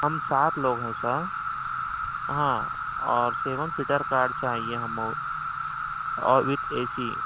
ہم سات لوگ ہیں سر ہاں اور سیون سیٹر کار چاہیے ہم کو اور وتھ اے سی